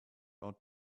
out